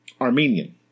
Armenian